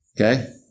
okay